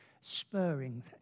spurring